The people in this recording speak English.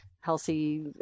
healthy